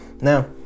now